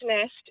nest